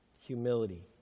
Humility